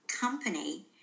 company